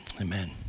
amen